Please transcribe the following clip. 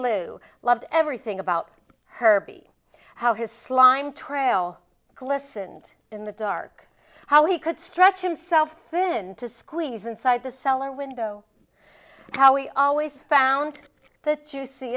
lou loved everything about herbie how his slime trail glistened in the dark how he could stretch himself in to squeeze inside the cellar window how we always found the juic